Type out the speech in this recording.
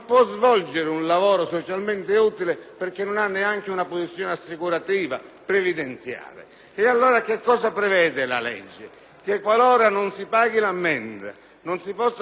Allora cosa prevede la legge? Che qualora non si paghi l'ammenda e non si possa fare la conversione nel lavoro socialmente utile,